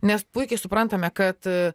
nes puikiai suprantame kad